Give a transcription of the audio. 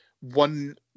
one